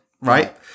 right